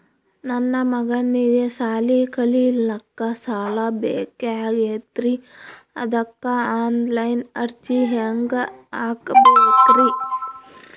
ನನ್ನ ಮಗನಿಗಿ ಸಾಲಿ ಕಲಿಲಕ್ಕ ಸಾಲ ಬೇಕಾಗ್ಯದ್ರಿ ಅದಕ್ಕ ಆನ್ ಲೈನ್ ಅರ್ಜಿ ಹೆಂಗ ಹಾಕಬೇಕ್ರಿ?